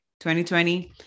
2020